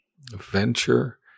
Venture